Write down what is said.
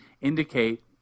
indicate